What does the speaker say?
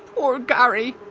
poor gary,